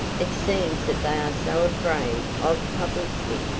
it seems that they are so afraid of publicity.